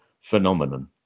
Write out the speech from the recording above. phenomenon